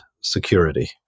security